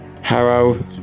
Harrow